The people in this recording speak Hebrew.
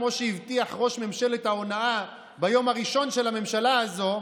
כמו שהבטיח ראש ממשלת ההונאה ביום הראשון של הממשלה הזאת,